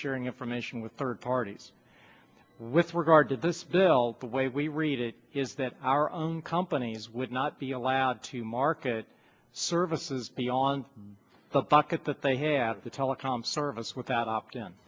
sharing information with third parties with regard to this bill the way we read it is that our own companies would not be allowed to market services beyond the fact that that they have the telecom service without o